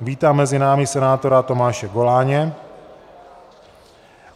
Vítám mezi námi senátora Tomáše Goláně